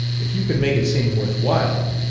if you can make it seem worth while.